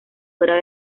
fuera